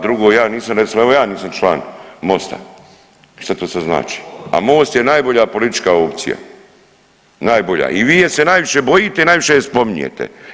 Drugo, ja nisam recimo evo ja nisam član MOST-a i šta to sad znači, a MOST je najbolja politička opcija, najbolja i vi je se najviše bojite i najviše je spominjete.